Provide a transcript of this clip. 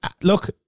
Look